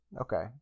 Okay